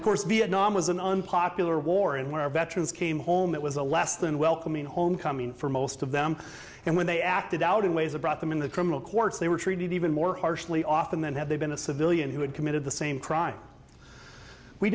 of course the naam was an unpopular war and when our veterans came home it was a less than welcoming homecoming for most of them and when they acted out in ways that brought them in the criminal courts they were treated even more harshly often than had they been a civilian who had committed the same crime we